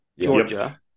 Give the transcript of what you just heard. Georgia